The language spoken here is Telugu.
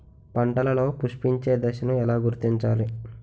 పంటలలో పుష్పించే దశను ఎలా గుర్తించాలి?